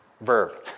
verb